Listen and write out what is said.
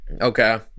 okay